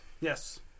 Yes